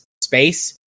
space